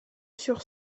sur